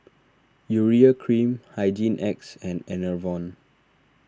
Urea Cream Hygin X and Enervon